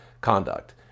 conduct